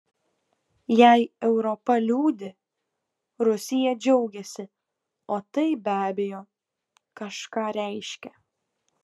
jei europa liūdi rusija džiaugiasi o tai be abejo kažką reiškia